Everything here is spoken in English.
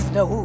no